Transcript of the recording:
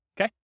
okay